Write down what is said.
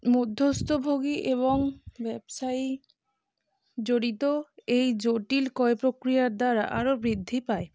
মধ্যস্থভোগী এবং ব্যবসায়ী জড়িত এই জটিল ক্রয় প্রক্রিয়ার দ্বারা আরো বৃদ্ধি পায়